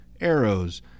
arrows